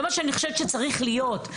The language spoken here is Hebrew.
זה מה שאני חושבת שצריך להיות,